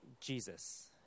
Jesus